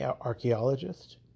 archaeologist